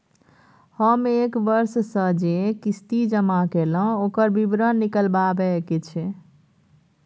हम एक वर्ष स जे किस्ती जमा कैलौ, ओकर विवरण निकलवाबे के छै?